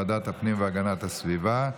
לוועדת הפנים והגנת הסביבה נתקבלה.